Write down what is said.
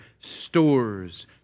stores